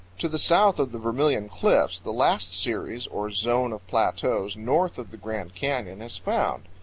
to the south of the vermilion cliffs the last series or zone of plateaus north of the grand canyon is found.